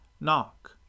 Knock